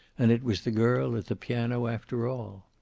and it was the girl at the piano after all.